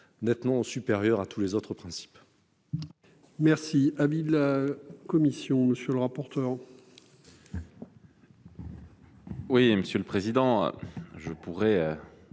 nettement supérieur à tous les autres principes.